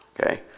Okay